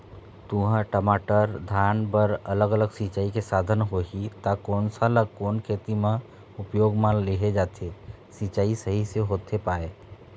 तुंहर, टमाटर, धान बर अलग अलग सिचाई के साधन होही ता कोन सा ला कोन खेती मा उपयोग मा लेहे जाथे, सिचाई सही से होथे पाए?